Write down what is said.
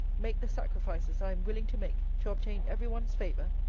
make the sacrifices i am willing to make, to obtain every one's favour?